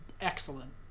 Excellent